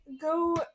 go